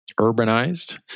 urbanized